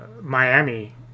Miami